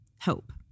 hope